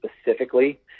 specifically